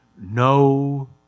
No